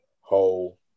whole